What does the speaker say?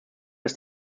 das